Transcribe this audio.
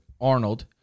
Arnold